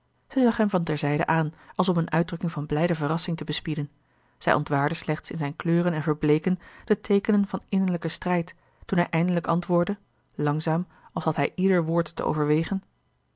zag hem van ter zijde aan als om eene uitdrukking van blijde verrassing te bespieden zij ontwaarde slechts in zijn kleuren en verbleeken de teekenen van innerlijken strijd toen hij eindelijk antwoordde langzaam als had hij ieder woord te overwegen